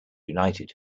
united